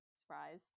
surprise